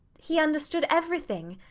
he understood everything.